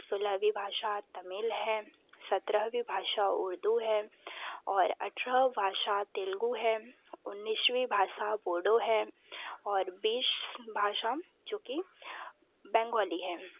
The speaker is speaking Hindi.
सोलहवीं भाषा तमिल है सत्रहवीं भाषा उर्दू है और अट्ठारह भाषा तेलुगु है उन्नीसवीं भाषा बोडो है और बीस भाषा जो कि बंगाली है